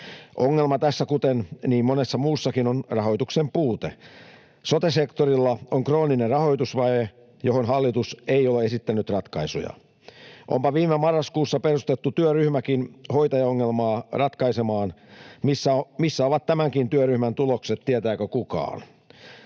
Ongelma tässä, kuten niin monessa muussakin, on rahoituksen puute. Sote-sektorilla on krooninen rahoitusvaje, johon hallitus ei ole esittänyt ratkaisuja. Onpa viime marraskuussa perustettu työryhmäkin hoitajaongelmaa ratkaisemaan. Missä ovat tämänkin työryhmän tulokset, tietääkö kukaan?